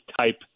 type